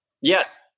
Yes